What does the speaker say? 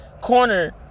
corner